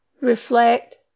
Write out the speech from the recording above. reflect